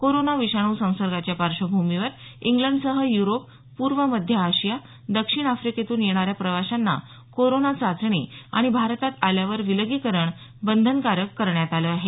corona विषाणू संसर्गाच्या पार्श्वभूमीवर इंग्लडसह युरोप पूर्व मध्य आशिया दक्षिण अफ्रिकेतून येणाऱ्या प्रवाशांना कोरोना चाचणी आणि भारतात आल्यावर विलगीकरण बंधनकारक करण्यात आलं आहे